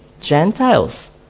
Gentiles